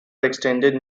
attended